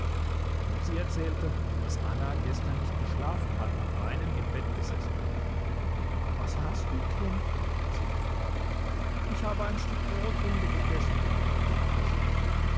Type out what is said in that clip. und sie erzählte daß anna gestern nicht geschlafen hat und weinend im bett gesessen hat was hast du kind hat sie gefragt ich habe ein stück brotrinde gegessen hat anna gesagt